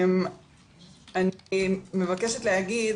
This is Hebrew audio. אני מבקשת להגיד,